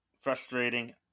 frustrating